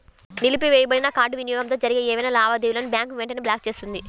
నిలిపివేయబడిన కార్డ్ వినియోగంతో జరిగే ఏవైనా లావాదేవీలను బ్యాంక్ వెంటనే బ్లాక్ చేస్తుంది